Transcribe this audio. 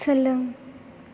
सोलों